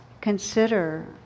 consider